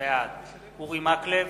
בעד אורי מקלב,